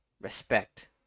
respect